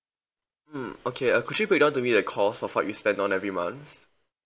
mm okay uh could you break down to me the cost of what you spent on every month